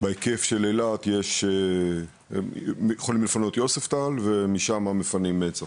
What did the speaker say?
בהיקף של אילת יכולים לפנות ליוספטל ומשם מפנים צפונה.